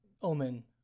Omen